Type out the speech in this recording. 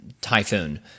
typhoon